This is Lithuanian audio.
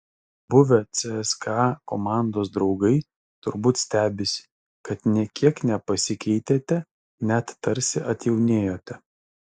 buvę cska komandos draugai turbūt stebisi kad nė kiek nepasikeitėte net tarsi atjaunėjote